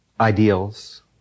ideals